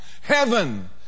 Heaven